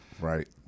Right